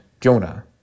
Jonah